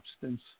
substance